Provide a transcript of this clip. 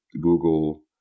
Google